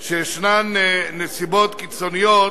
שישנן נסיבות קיצוניות,